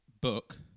book